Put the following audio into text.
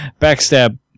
Backstab